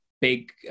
big